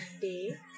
day